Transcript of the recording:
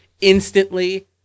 instantly